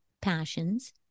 passions